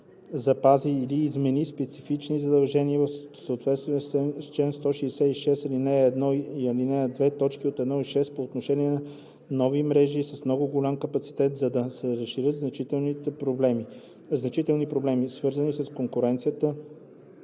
запази или измени специфични задължения в съответствие с чл. 166, ал. 1 и ал. 2, т. 1 – 6 по отношение на нови мрежи с много голям капацитет, за да се разрешат значителни проблеми, свързани с конкуренцията